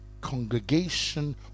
congregation